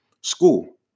school